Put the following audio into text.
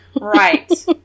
Right